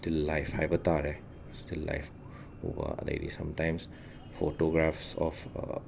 steel life ꯍꯥꯏꯢꯕ ꯇꯥꯔꯦ still life ꯎꯕ ꯑꯗꯩꯗꯤ ꯁꯝꯇꯥꯏꯝꯁ ꯐꯣꯇꯣꯒ꯭ꯔꯥꯐꯁ ꯑꯣꯐ